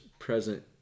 Present